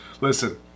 listen